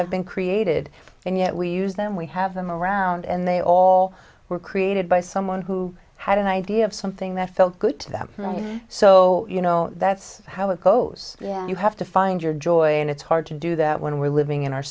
have been created and yet we use them we have them around and they all were created by someone who had an idea of something that felt good to them so you know that's how it goes yeah you have to find your joy and it's hard to do that when we're living in our